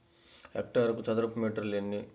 హెక్టారుకు చదరపు మీటర్లు ఎన్ని?